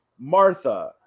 Martha